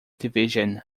division